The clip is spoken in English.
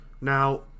now